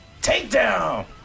Takedown